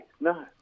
No